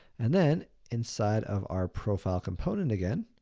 and then, inside of our profile component again,